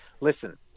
listen